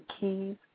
keys